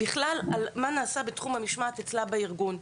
בכלל על מה נעשה בתחום המשמעת אצלה בארגון,